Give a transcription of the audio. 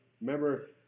Remember